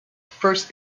first